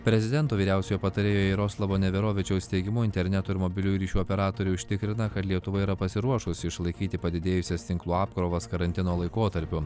prezidento vyriausiojo patarėjo jaroslavo neverovičiaus teigimu interneto ir mobiliųjų ryšių operatorių užtikrina kad lietuva yra pasiruošusi išlaikyti padidėjusias tinklų apkrovas karantino laikotarpiu